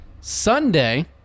Sunday